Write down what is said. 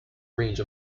range